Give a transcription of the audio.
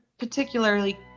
particularly